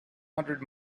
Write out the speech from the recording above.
hundred